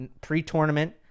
pre-tournament